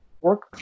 work